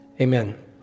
amen